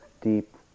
deep